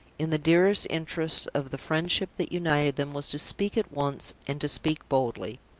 in the dearest interests of the friendship that united them, was to speak at once, and to speak boldly.